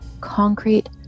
Concrete